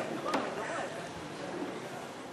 בבקשה.